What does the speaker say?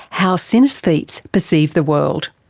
how synaesthetes perceive the world.